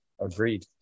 Agreed